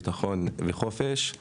ביטחון וחופש,